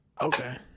Okay